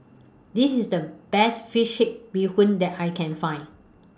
This IS The Best Fish Head Bee Hoon that I Can Find